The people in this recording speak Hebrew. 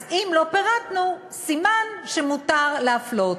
אז אם לא פירטנו, סימן שמותר להפלות.